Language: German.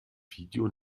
video